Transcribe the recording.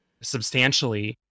substantially